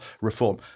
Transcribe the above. reform